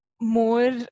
more